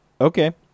okay